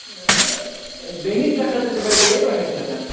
اۭں بیٚنِی ژےٚ خٲطرٕدِمے بہٕ یہِ ٲٹھَن شَتھن